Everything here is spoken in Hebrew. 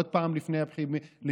עוד פעם לפני הבחירות,